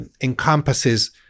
encompasses